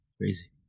Crazy